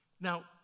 Now